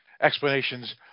explanations